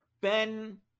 Ben